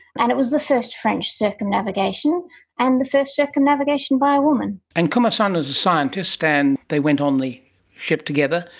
and it was the first french circumnavigation and the first circumnavigation by a woman. and commerson was a scientist and they went on the ship together,